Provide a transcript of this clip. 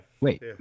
Wait